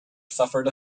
suffered